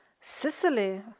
Sicily